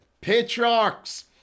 patriarchs